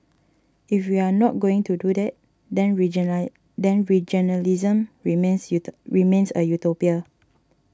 if we are not going to do that then region line then regionalism remains remains a utopia